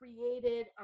created